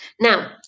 Now